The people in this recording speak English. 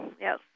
Yes